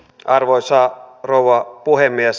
arvoisa rouva puhemies